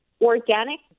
Organic